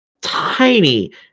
tiny